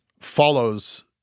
follows